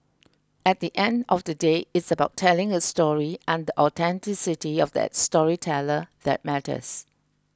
at the end of the day it's about telling a story and the authenticity of that storyteller that matters